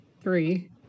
Three